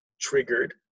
triggered